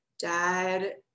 dad